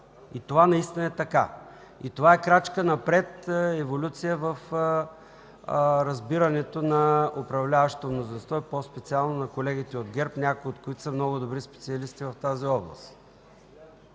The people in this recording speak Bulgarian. Това наистина е така и е крачка напред, еволюция в разбирането на управляващото мнозинство и по-специално на колегите от ГЕРБ, някои от които са много добри специалисти в тази област.